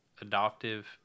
adoptive